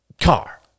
car